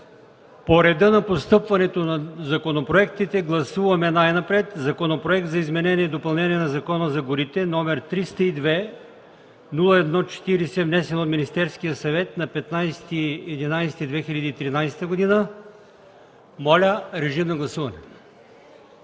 По реда на постъпването на законопроектите ще гласуваме най-напред Законопроект за изменение и допълнение на Закона за горите, № 302-01-40, внесен от Министерския съвет на 15 ноември 2013 г. Моля, режим на гласуване.